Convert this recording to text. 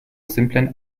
simplen